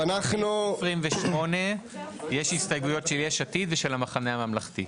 בסעיף 28 יש הסתייגויות של יש עתיד ושל המחנה הממלכתי.